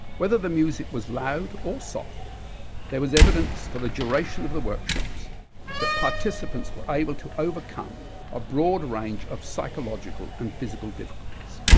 whether the music was loud or soft there was evidence for the duration of the workshops that participants were able to overcome a broad range of psychological and physical difficulties.